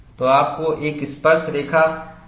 तो आपको एक स्पर्शरेखा तैयार करना होगा